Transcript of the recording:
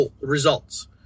results